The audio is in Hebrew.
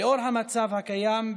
לנוכח המצב הקיים,